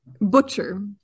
Butcher